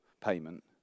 payment